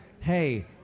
hey